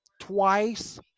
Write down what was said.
twice